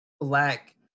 black